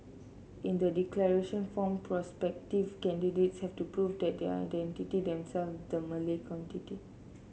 in the declaration form prospective candidates have to prove that they identity themselves with the Malay